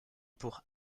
pour